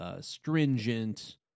stringent